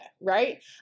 right